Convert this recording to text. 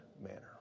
manner